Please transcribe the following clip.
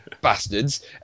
Bastards